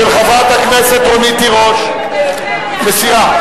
של חברת הכנסת רונית תירוש, מסירה.